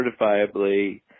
certifiably